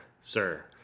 sir